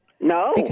No